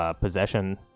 possession